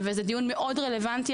ולכן הדיון מאוד רלוונטי.